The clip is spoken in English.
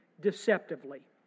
deceptively